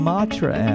Matra